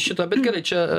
šitą bet gerai čia